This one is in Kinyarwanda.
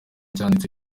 cyanditse